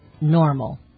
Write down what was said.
normal